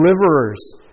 deliverers